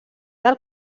del